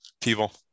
people